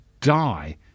die